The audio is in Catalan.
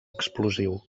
explosiu